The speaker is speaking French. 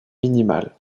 minimal